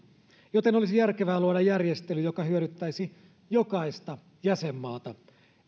joten olisi järkevää luoda järjestely joka hyödyttäisi jokaista jäsenmaata